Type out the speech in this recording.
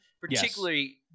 particularly